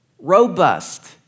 robust